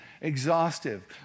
exhaustive